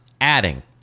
Adding